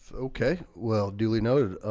so okay. well duly noted